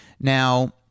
Now